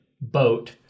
boat